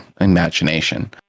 imagination